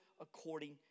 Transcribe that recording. according